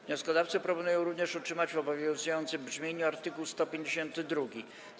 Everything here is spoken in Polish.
Wnioskodawcy proponują również utrzymać w obowiązującym brzmieniu art. 152.